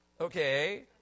Okay